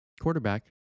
quarterback